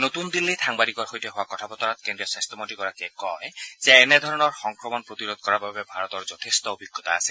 নতুন দিল্লীত সাংবাদিকৰ সৈতে হোৱা কথা বতৰাত কেন্দ্ৰীয় স্বাস্থ্যমন্ত্ৰীগৰাকীয়ে কয় যে এনে ধৰণৰ সংক্ৰমণ প্ৰতিৰোধ কৰাৰ বাবে ভাৰতৰ যথেষ্ট অভিজ্ঞতা আছে